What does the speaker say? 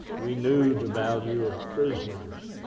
we knew the value of prisoners,